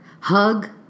hug